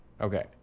okay